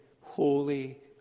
holy